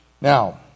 Now